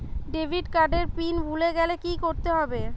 Debit card এর PIN ভুলে গেলে কি করতে হবে?